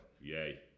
Yay